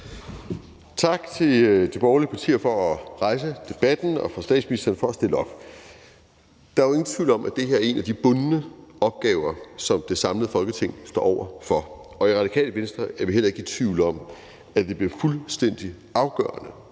Tak til de borgerlige partier for at rejse debatten og til statsministeren for at stille op til den. Der er jo ingen tvivl om, at det her er en af de bundne opgaver, som det samlede Folketing står over for, og i Radikale Venstre er vi heller ikke i tvivl om, at det bliver fuldstændig afgørende